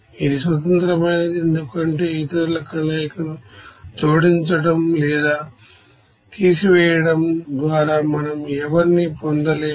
ఇది స్వతంత్రమైనది ఎందుకంటే ఇతరుల కలయికలను జోడించడం లేదా తీసివేయడం ద్వారా మనం ఎవరినీ పొందలేము